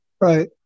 Right